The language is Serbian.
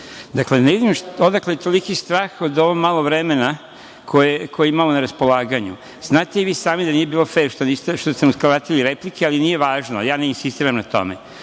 Dakle, odakle toliki strah od ovog malog vremena koje imamo na raspolaganju? Znate i vi sami da nije bilo fer što ste nam uskratili replike, ali nije važno, ja ne insistiram na